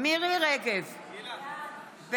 מירי מרים רגב, בעד